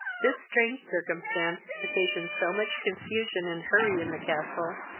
this strange circumstance occasioned so much confusion and hurry in the castle,